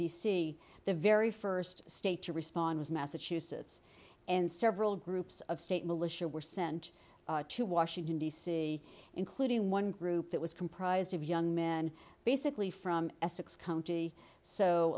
c the very first state to respond was massachusetts and several groups of state militia were sent to washington d c including one group that was comprised of young men basically from essex county so